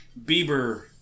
Bieber